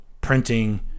printing